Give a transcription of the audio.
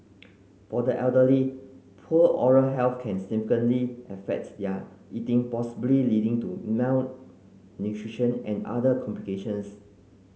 for the elderly poor oral health can significantly affect their eating possibly leading to malnutrition and other complications